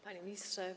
Panie Ministrze!